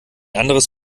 anderes